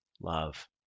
love